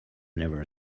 never